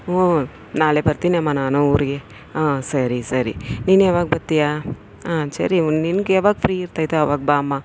ಹ್ಞೂ ನಾಳೆ ಬರ್ತಿನಿಯಮ್ಮ ನಾನು ಊರಿಗೆ ಹಾಂ ಸರಿ ಸರಿ ನೀನು ಯಾವಾಗ ಬತ್ತಿಯಾ ಹಾಂ ಸರಿ ನಿನ್ಗೆ ಯಾವಾಗ ಫ್ರೀ ಇರ್ತೈತೆ ಅವಾಗ ಬಾ ಅಮ್ಮ